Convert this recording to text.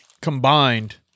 combined